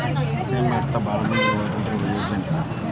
ಸ್ಕೇಮ್ನ ಅರ್ಥ ಭಾಳ್ ಮಂದಿನ ಒಳಗೊಂಡಿರುವ ಯೋಜನೆ